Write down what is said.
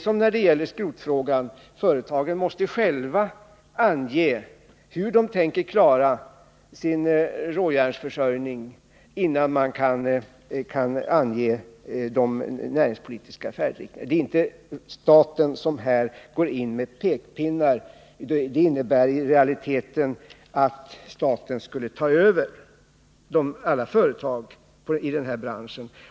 Som när det gäller skrotfrågan måste företagen själva ange hur de tänker klara sin råjärnsförsörjning, innan man kan ange den näringspolitiska färdriktningen. Det är inte staten som här går in med pekpinnar. Det skulle innebära att staten i realiteten tar över alla företag i den här branschen.